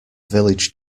village